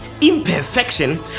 imperfection